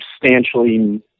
substantially